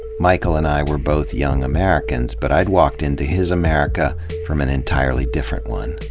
michael and i were both young americans, but i'd walked into his america from an entirely different one.